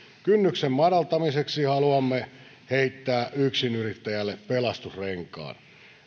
kynnyksen madaltamiseksi haluamme heittää yksinyrittäjälle pelastusrenkaan